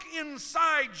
inside